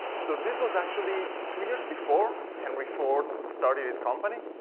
so this was actually two years before henry ford started his company.